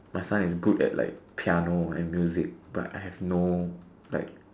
my son is good at like piano and music but I have no like